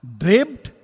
draped